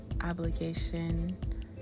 obligation